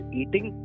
eating